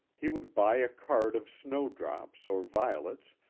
he would buy a card of snow-drops or violets,